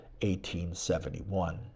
1871